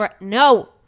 No